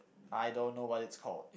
I don't know what it's called